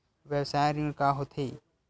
व्यवसाय ऋण का होथे?